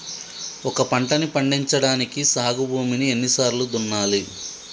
ఒక పంటని పండించడానికి సాగు భూమిని ఎన్ని సార్లు దున్నాలి?